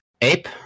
Ape